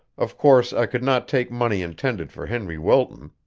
of course i could not take money intended for henry wilton.